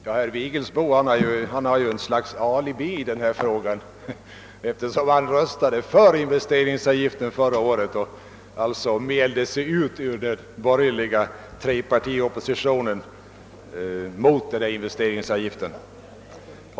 Herr talman! Herr Vigelsbo har ju ett slags alibi i denna fråga eftersom han röstade för investeringsavgiften förra året och därmed mälde sig ut ur den borgerliga trepartioppositionen mot investeringsavgiften.